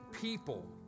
people